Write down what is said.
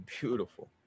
beautiful